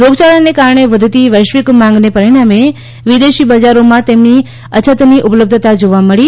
રોગચાળાને કારણે વધતી વૈશ્વિક માંગને પરિણામે વિદેશી બજારોમાં તેમની અછતની ઉપલબ્ધતા જોવા મળી